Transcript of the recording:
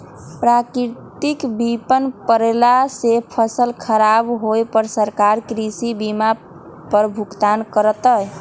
प्राकृतिक विपत परला से फसल खराब होय पर सरकार कृषि बीमा पर भुगतान करत